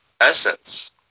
essence